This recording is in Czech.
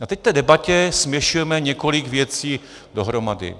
A teď v té debatě směšujeme několik věcí dohromady.